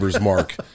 Mark